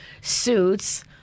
suits